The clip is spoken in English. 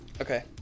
Okay